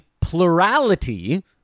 plurality